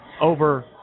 over